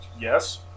Yes